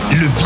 le